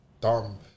dumb